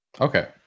okay